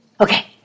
okay